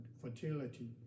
fertility